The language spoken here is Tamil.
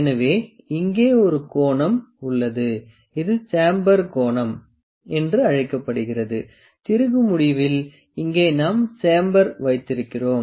எனவே இங்கே ஒரு கோணம் உள்ளது இது சேம்பர் கோணம் என்று அழைக்கப்படுகிறது திருகு முடிவில் இங்கே நாம் சேம்பர் வைத்திருக்கிறோம்